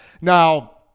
Now